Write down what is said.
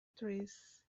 trees